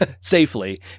safely